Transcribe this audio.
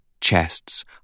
chests